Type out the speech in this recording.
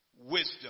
wisdom